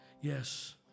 yes